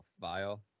file